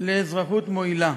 לאזרחות מועילה.